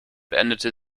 beendete